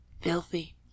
filthy